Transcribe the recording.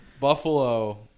Buffalo